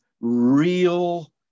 real